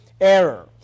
error